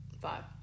Five